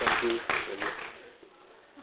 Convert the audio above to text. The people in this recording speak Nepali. थ्याङ्क यु दाजु